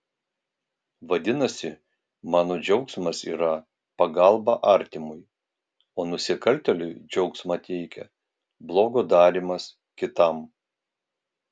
vadinasi mano džiaugsmas yra pagalba artimui o nusikaltėliui džiaugsmą teikia blogo darymas kitam